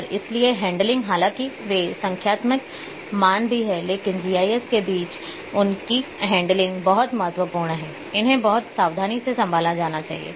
और इसलिए हैंडलिंग हालांकि वे संख्यात्मक मान भी हैं लेकिन जीआईएस के बीच उनकी हैंडलिंग बहुत महत्वपूर्ण है इन्हें बहुत सावधानी से संभाला जाना चाहिए